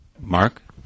Mark